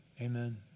Amen